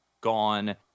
gone